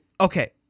okay